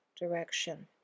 direction